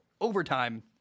overtime